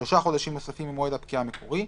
שלושה חודשים נוספים ממועד הפקיעה המקורי,